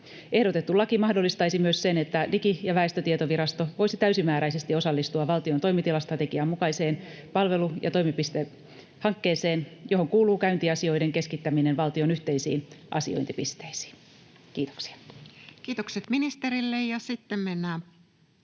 Ehdotettu laki mahdollistaisi myös sen, että Digi- ja väestötietovirasto voisi täysimääräisesti osallistua valtion toimitilastrategian mukaiseen palvelu- ja toimipistehankkeeseen, johon kuuluu käyntiasioiden keskittäminen valtion yhteisiin asiointipisteisiin. — Kiitoksia. Kiitokset ministerille.